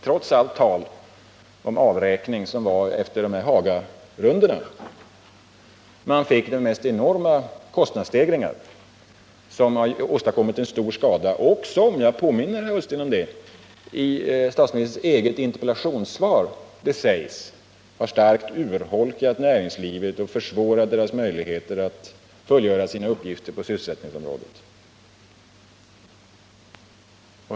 Trots allt tal om avräkningar efter de här Hagarundorna har man fått de mest enorma kostnadsstegringar, som åstadkommit stor skada och som medfört — jag påminner herr Ullsten om att detta framgår också av statsministerns eget interpellationssvar —att näringslivet har starkt urholkats och att företagens möjligheter att fullgöra sina uppgifter på sysselsättningsområdet har försvårats.